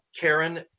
Karen